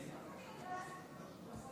אדוני